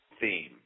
theme